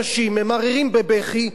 אנשים ממררים בבכי,